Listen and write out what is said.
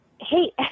hey